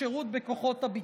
שירות בכוחות הביטחון.